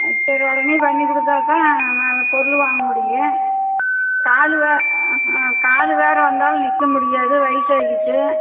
சரி உடனே பண்ணி கொடுத்தாத் தான் நான் பொருள் வாங்க முடியும் காலு வே ஆ காலு வேறு வந்தாலும் நிற்கமுடியாது வயிசாயிக்கிச்சு